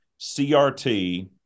CRT